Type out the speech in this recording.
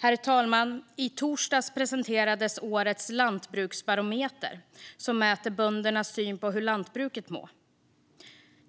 Herr talman! I torsdags presenterades årets Lantbruksbarometer, som mäter böndernas syn på hur lantbruket mår.